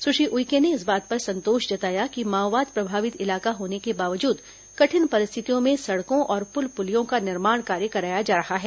सुश्री उइके ने इस बात पर संतोष जताया कि माओवाद प्रभावित इलाका होने के बावजूद कठिन परिस्थितियों में सड़कों और पुल पुलियों का निर्माण कार्य कराया जा रहा है